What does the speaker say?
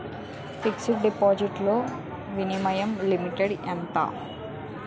Fixed deposit లో minimum limit ఎంత?